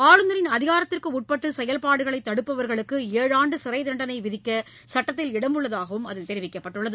ஆளுநரின் அதிகாரத்திற்கு உட்பட்டு செயல்பாடுகளை தடுப்பவர்களுக்கு ஏழாண்டு சிறைத்தண்டனை விதிக்க சுட்டத்தில் இடம் உள்ளதாகவும் அதில் தெரிவிக்கப்பட்டுள்ளது